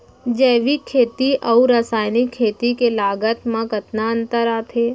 जैविक खेती अऊ रसायनिक खेती के लागत मा कतना अंतर आथे?